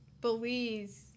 Belize